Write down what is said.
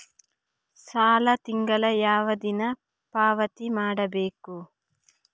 ಸಾಲ ತಿಂಗಳ ಯಾವ ದಿನ ಪಾವತಿ ಮಾಡಬೇಕು?